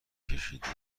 کشیدی